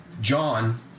John